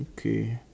okay